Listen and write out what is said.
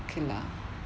okay lah